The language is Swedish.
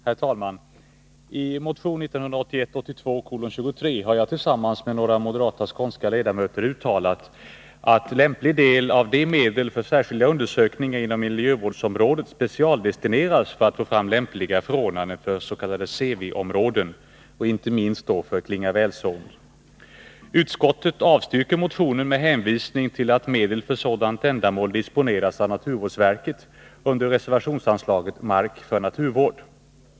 Herr talman! I motion 1981/82:1923 har jag tillsammans med några moderata skånska ledamöter uttalat att lämplig del av de medel för särskilda undersökningar inom miljövårdsområdet specialdestineras för att få fram lämpliga förordnanden för s.k. CW-områden, inte minst för Klingavälsån. Utskottet avstyrker motionen med hänvisning till att medel för sådant ändamål disponeras av naturvårdsverket under reservationsanslaget Mark för naturvård.